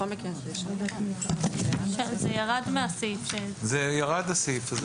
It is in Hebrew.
הירד הסעיף הזה.